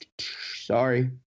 sorry